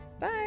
Bye